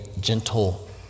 gentle